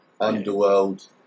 Underworld